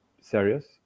serious